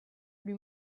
lui